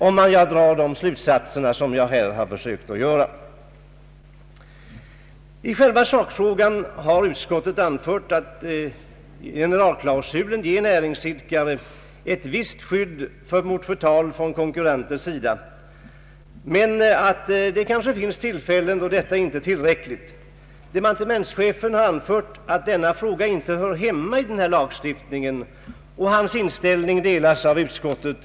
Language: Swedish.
I själva sakfrågan har utskottet anfört att generalklausulen ger näringsidkare ett visst skydd mot förtal från konkurrenter, men att det kanske finns tillfällen då detta skydd inte är tillräckligt. Departementschefen har anfört att denna fråga inte hör hemma i denna lagstiftning, och hans inställning delas av utskottet.